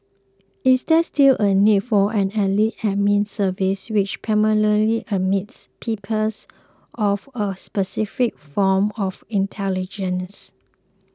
is there still a need for an elite Admin Service which primarily admits peoples of a specific form of intelligence